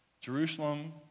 Jerusalem